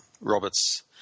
Roberts